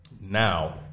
Now